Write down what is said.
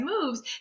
moves